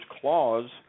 Clause